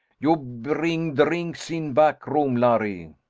you bring drinks in back room, larry.